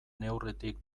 neurritik